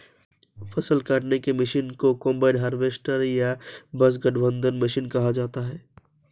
फ़सल काटने की मशीन को कंबाइन हार्वेस्टर या बस गठबंधन मशीन कहा जाता है